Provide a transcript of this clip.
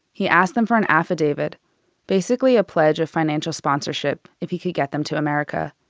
he asked them for an affidavit basically, a pledge of financial sponsorship if he could get them to america.